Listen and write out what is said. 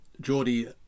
Geordie